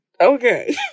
Okay